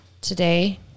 today